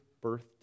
birth